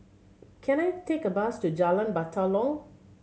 can I take a bus to Jalan Batalong